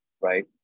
right